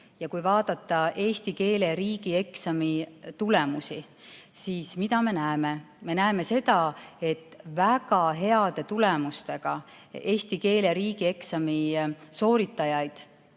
kui vaadata eesti keele riigieksami tulemusi, siis mida me näeme? Me näeme seda, et väga heade tulemustega eesti keele riigieksami sooritajaid